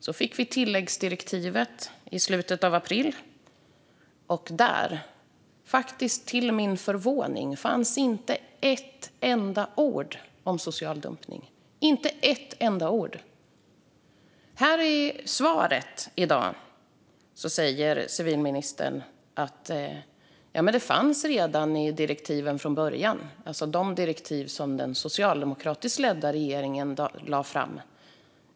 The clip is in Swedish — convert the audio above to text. Sedan fick vi tilläggsdirektivet i slutet av april. Och där, faktiskt till min förvåning, fanns inte ett enda ord om social dumpning - inte ett enda ord. I svaret här i dag säger civilministern att det redan fanns i direktiven från början, alltså de direktiv som den socialdemokratiskt ledda regeringen lade fram.